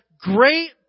great